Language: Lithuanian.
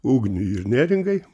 ugniui ir neringai